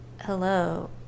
hello